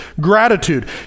gratitude